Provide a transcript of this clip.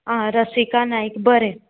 आं रसिका नायक बरें